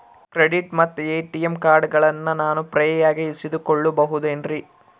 Credit ಮತ್ತ ATM ಕಾರ್ಡಗಳನ್ನ ನಾನು ಫ್ರೇಯಾಗಿ ಇಸಿದುಕೊಳ್ಳಬಹುದೇನ್ರಿ?